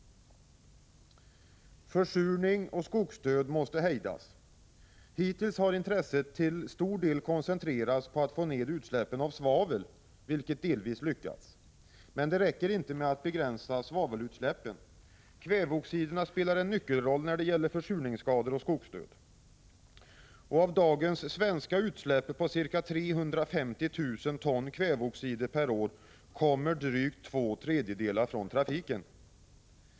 Försurningen och skogsdöden måste hejdas. Hittills har intresset till stor del koncentrerats på att få ned utsläppen av svavel, vilket delvis lyckats. Men det räcker inte med att begränsa svavelutsläppen. Kväveoxiderna spelar en nyckelroll när det gäller försurningsskador och skogsdöd. Av dagens svenska utsläpp på ca 350 000 ton kväveoxider per år kommer drygt två tredjedelar från trafiken.